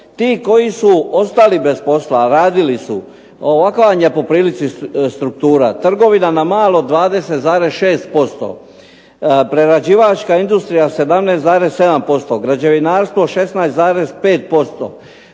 Ti koji su ostali bez posla, a radili su ovakva vam je po prilici struktura. Trgovina na malo 20,6%, prerađivačka industrija 17,7%, građevinarstvo 16,5%.